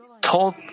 told